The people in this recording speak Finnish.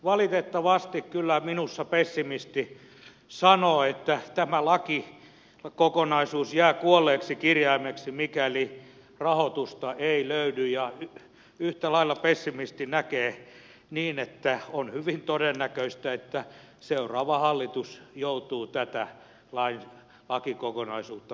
valitettavasti kyllä minussa pessimisti sanoo että tämä lakikokonaisuus jää kuolleeksi kirjaimeksi mikäli rahoitusta ei löydy ja yhtä lailla pessimisti näkee että on hyvin todennäköistä että seuraava hallitus joutuu tätä lakikokonaisuutta päivittämään